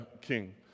king